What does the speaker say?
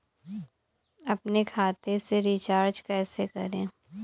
अपने खाते से रिचार्ज कैसे करें?